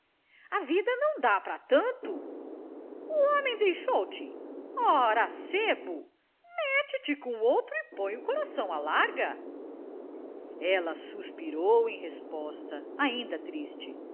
a vida não dá para tanto o homem deixou te ora sebo mete-se com outro e põe o coração à larga ela suspirou em resposta ainda triste